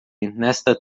nesta